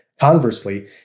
conversely